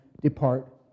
depart